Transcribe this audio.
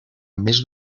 més